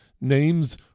Names